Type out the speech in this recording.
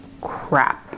crap